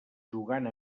jugant